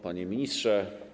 Panie Ministrze!